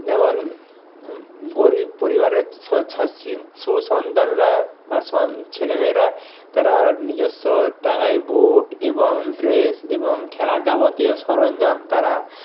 যেমন গরিব পরিবারের সুসন্তানরা বা ছেলেমেয়েরা তারা নিজস্ব টাকায় বুট এবং ড্রেস এবং খেলার যাবতীয় সরঞ্জাম তারা